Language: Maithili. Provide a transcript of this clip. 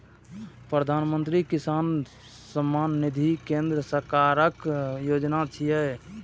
प्रधानमंत्री किसान सम्मान निधि केंद्र सरकारक योजना छियै